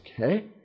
okay